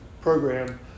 program